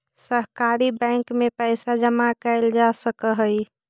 सहकारी बैंक में पइसा जमा कैल जा सकऽ हइ